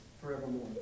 forevermore